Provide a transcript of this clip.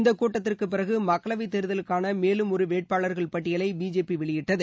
இந்தக்கூட்டத்திற்கு பிறகு மக்களவை தேர்தலுக்கான மேலும் ஒரு வேட்பாளர்கள் பட்டியலை பிஜேபி வெளியிட்டது